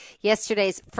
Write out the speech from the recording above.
yesterday's